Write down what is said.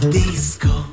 disco